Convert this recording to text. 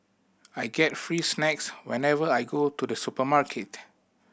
I get free snacks whenever I go to the supermarket